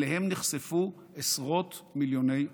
שאליהם נחשפו עשרות מיליוני עוקבים.